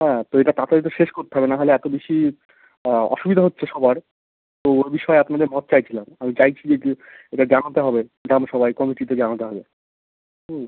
হ্যাঁ তো এটা তাড়াতাড়ি তো শেষ করতে হবে নাহলে এতো বেশি অসুবিধা হচ্ছে সবার তো ওর বিষয়ে আপনাদের মত চাইছিলাম আমি চাইছি যদি এটা জানাতে হবে গ্রামসভায় কমিটিতে জানাতে হবে হুম